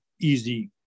easy